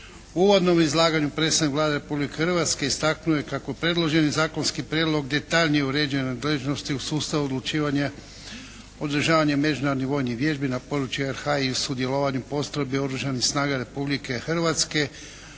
uvodnom izlaganju predsjednik Vlade Republike Hrvatske istaknuo je kako predloženi zakonski prijedlog detaljnije uređen u nadležnosti u sustavu odlučivanja, održavanja međunarodnih vojnih vježbi na području RH i sudjelovanju postrojbi Oružanih snaga Republike Hrvatske